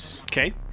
Okay